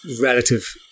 relative